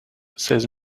seize